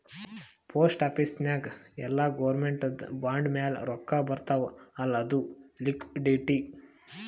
post office ನಾಗ್ ಇಲ್ಲ ಗೌರ್ಮೆಂಟ್ದು ಬಾಂಡ್ ಮ್ಯಾಲ ರೊಕ್ಕಾ ಬರ್ತಾವ್ ಅಲ್ಲ ಅದು ಲಿಕ್ವಿಡಿಟಿ